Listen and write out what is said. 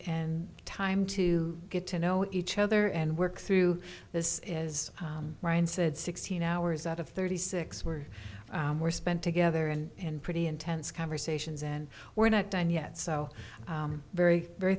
and time to get to know each other and work through this is ryan said sixteen hours out of thirty six where were spent together and in pretty intense conversations and we're not done yet so very very